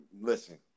Listen